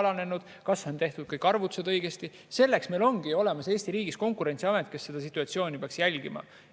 alanenud ja kas on tehtud kõik arvutused õigesti. Selleks meil ongi Eesti riigis Konkurentsiamet, kes seda situatsiooni peaks jälgima.